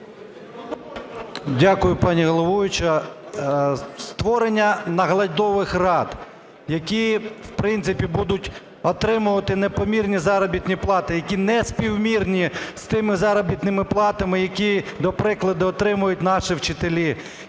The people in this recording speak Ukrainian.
Дякую, пані головуюча. Створення наглядових рад, які, в принципі, будуть отримувати непомірні заробітні плати, які неспівмірні з тими заробітними платами, які, до прикладу, отримують наші вчителі,